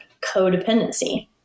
Codependency